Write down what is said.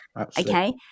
okay